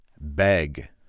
beg